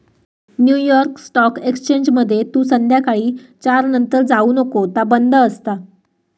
new York stock एक्सचेंजमध्ये तू संध्याकाळी चार नंतर जाऊ नको ता बंद असता